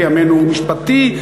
בימינו הוא משפטי,